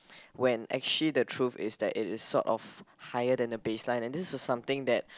when actually the truth is that it is sort of higher than the baseline and this is something that